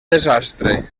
desastre